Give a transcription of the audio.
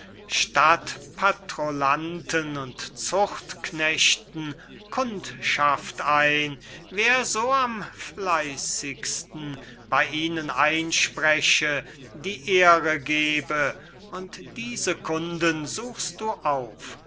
stadt patrollanten und zuchtknechten kundschaft ein wer so am fleissigsten bey ihnen einspreche die ehre gebe und diese kunden suchst du auf